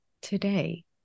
today